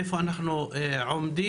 איפה אנחנו עומדים,